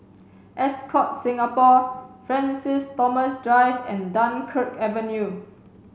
Ascott Singapore Francis Thomas Drive and Dunkirk Avenue